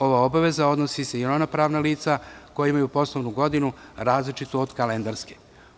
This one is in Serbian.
Ova obaveza odnosi se i na ona pravna lica koja imaju poslovnu godinu različitu od kalendarske.